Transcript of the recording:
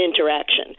interaction